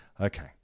Okay